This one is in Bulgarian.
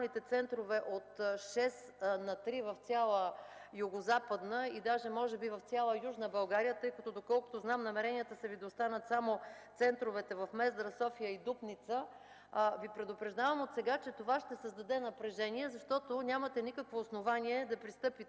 Ви предупреждавам отсега, че това ще създаде напрежение, защото нямате никакви основания да пристъпите